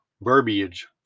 verbiage